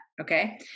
okay